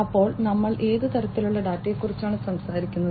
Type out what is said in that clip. അപ്പോൾ നമ്മൾ ഏത് തരത്തിലുള്ള ഡാറ്റയെക്കുറിച്ചാണ് സംസാരിക്കുന്നത്